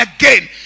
again